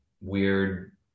weird